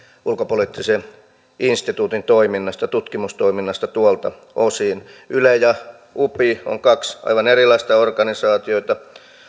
ulkopoliittisen instituutin toiminnasta tutkimustoiminnasta tuolta osin yle ja upi ovat kaksi aivan erilaista organisaatiota